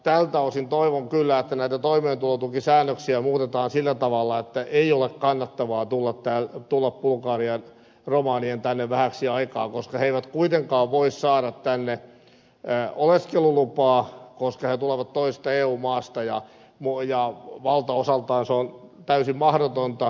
tältä osin toivon kyllä että näitä toimeentulotukisäännöksiä muutetaan sillä tavalla että ei ole bulgarian roma nien kannattavaa tulla tänne vähäksi aikaa koska he eivät kuitenkaan voi saada tänne oleskelulupaa koska he tulevat toisesta eu maasta ja valtaosaltaan se on täysin mahdotonta